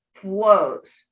flows